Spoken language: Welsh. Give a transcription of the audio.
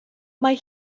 mae